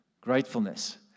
Gratefulness